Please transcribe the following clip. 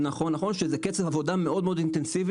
נכון, נכון, שזה קצב עבודה מאוד אינטנסיבי.